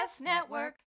network